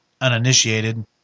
uninitiated